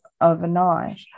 overnight